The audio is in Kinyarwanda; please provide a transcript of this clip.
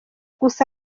gusa